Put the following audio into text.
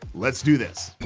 let's do this.